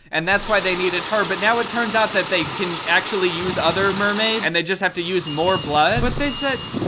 and that's why they needed her, but now it turns out that they can actually use other mermaids and they just have to use more blood. but they said.